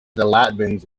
latvians